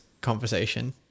conversation